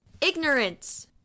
ignorance